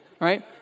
right